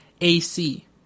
AC